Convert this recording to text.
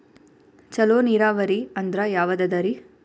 ಚಲೋ ನೀರಾವರಿ ಅಂದ್ರ ಯಾವದದರಿ?